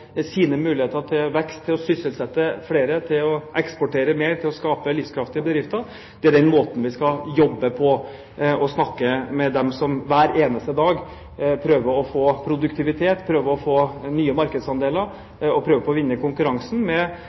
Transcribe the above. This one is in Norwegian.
sine muligheter til vekst, til å sysselsette flere, til å eksportere mer og til å skape livskraftige bedrifter, er den måten vi skal jobbe på – snakke med dem som hver eneste dag prøver å få produktivitet, prøver å få nye markedsandeler og prøver å vinne konkurransen